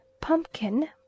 pumpkin